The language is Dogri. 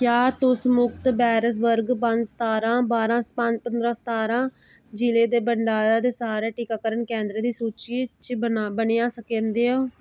क्या तुस मुख्त बेरस वर्ग पंज सतारां बारां पंदरां सतारां साल जि'ले दे भंडारा दे सारे टीकाकरण केंदरें दी सूची च बनाई सकदे ओ